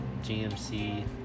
GMC